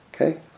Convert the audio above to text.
Okay